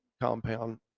compound